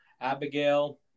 Abigail